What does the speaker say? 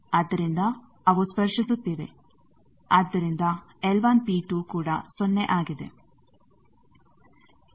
ಆದ್ದರಿಂದ ಅವು ಸ್ಪರ್ಶಿಸುತ್ತಿವೆ ಆದರಿಂದ ಕೂಡ ಸೊನ್ನೆ ಆಗಿದೆ